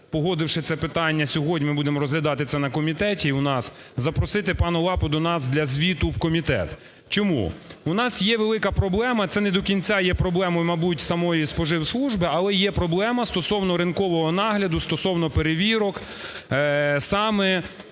погодивши це питання, сьогодні ми будемо розглядати це на комітеті у нас, запросити пана Лапу до нас для звіту в комітет. Чому? У нас є велика проблема, це не до кінця є проблемою, мабуть, самої споживслужби, але є проблема стосовно ринкового нагляду, стосовно перевірок саме